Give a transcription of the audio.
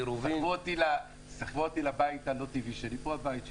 סחבו אותי לבית הלא טבעי שלי, פה הבית שלי.